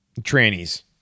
trannies